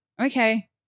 Okay